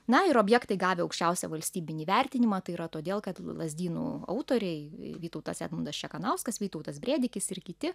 na ir objektai gavę aukščiausią valstybinį įvertinimą tai yra todėl kad lazdynų autoriai vytautas edmundas čekanauskas vytautas brėdikis ir kiti